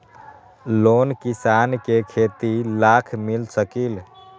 Loan किसान के खेती लाख मिल सकील?